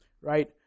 right